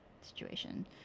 situation